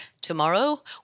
Tomorrow